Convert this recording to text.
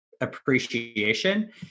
appreciation